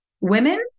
Women